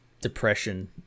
depression